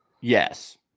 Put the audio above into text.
Yes